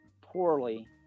poorly